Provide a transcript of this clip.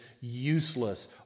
useless